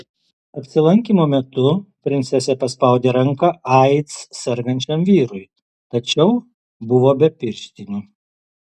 apsilankymo metu princesė paspaudė ranką aids sergančiam vyrui tačiau buvo be pirštinių